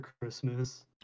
Christmas